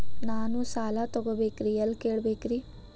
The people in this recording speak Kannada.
ನಾನು ಸಾಲ ತೊಗೋಬೇಕ್ರಿ ಎಲ್ಲ ಕೇಳಬೇಕ್ರಿ?